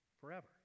forever